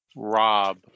Rob